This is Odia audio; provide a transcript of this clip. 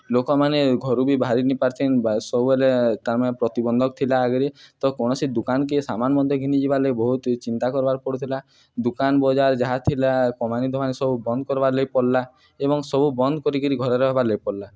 ଲୋକମାନେ ଘରୁ ବି ବାହାରିିନିପାରିଥିନ୍ ସବୁବେଲେ ତାର୍ମାନେ ପ୍ରତିିବନ୍ଧକ ଥିଲା ଆଗ୍ରେ ତ କୌଣସି ଦୁକାନ୍କେ ସାମାନ୍ ମଧ୍ୟ ଘିନି ଯିବାର୍ ଲାଗି ବହୁତ୍ ଚିନ୍ତା କର୍ବାର୍ ପଡ଼ୁଥିଲା ଦୁକାନ୍ ବଜାର୍ ଯାହା ଥିଲା କମାନି ଦମାନି ସବୁ ବନ୍ଦ୍ କର୍ବାର୍ ଲାଗି ପଡ଼୍ଲା ଏବଂ ସବୁ ବନ୍ଦ୍ କରିକିରି ଘରେ ରହେବାର୍ ଲାଗି ପଡ଼ିଲା